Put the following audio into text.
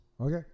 Okay